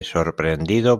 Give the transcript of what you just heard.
sorprendido